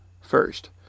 First